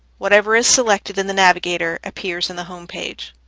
whatever is selected in the navigator appears in the home page.